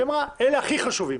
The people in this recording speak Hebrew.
והיא אמרה אלה הכי חשובים.